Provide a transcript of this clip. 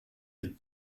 les